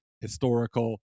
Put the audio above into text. historical